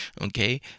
okay